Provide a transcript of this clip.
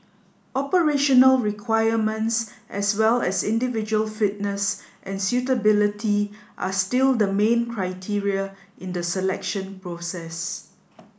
operational requirements as well as individual fitness and suitability are still the main criteria in the selection process